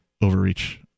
overreach